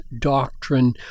doctrine